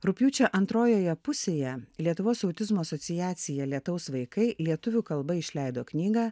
rugpjūčio antrojoje pusėje lietuvos autizmo asociacija lietaus vaikai lietuvių kalba išleido knygą